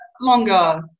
longer